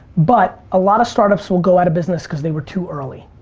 but a lot of startups will go out of business cause they were too early.